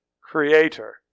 Creator